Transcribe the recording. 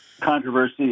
controversy